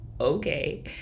okay